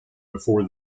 before